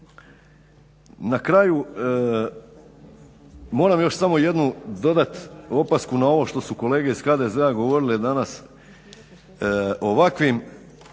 Na kraju moram još samo jedno dodat opasku na ovo što su kolege iz HDZ-a govorile danas ovakvim